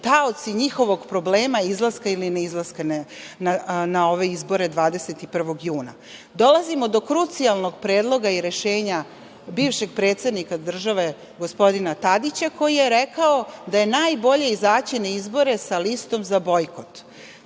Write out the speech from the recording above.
taoci njihovog problema izlaska ili ne izlaska na ove izbore 21. juna. Dolazimo do krucijalnog predloga i rešenja bivšeg predsednika države gospodina Tadića koji je rekao da je najbolje izađi na izbore sa listom za bojkot.